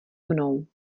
mnou